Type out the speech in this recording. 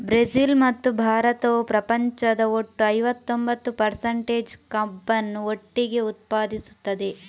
Brazil ಮತ್ತು ಭಾರತವು ಪ್ರಪಂಚದ ಒಟ್ಟು ಐವತ್ತೊಂಬತ್ತು ಪರ್ಸಂಟೇಜ್ ಕಬ್ಬನ್ನು ಒಟ್ಟಿಗೆ ಉತ್ಪಾದಿಸುತ್ತದೆ